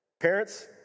Parents